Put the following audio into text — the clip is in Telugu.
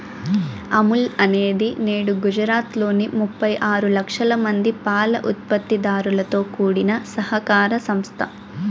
అమూల్ అనేది నేడు గుజరాత్ లోని ముప్పై ఆరు లక్షల మంది పాల ఉత్పత్తి దారులతో కూడిన సహకార సంస్థ